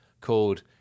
called